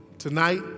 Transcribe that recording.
Tonight